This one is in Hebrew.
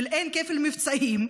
שאין כפל מבצעים.